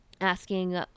asking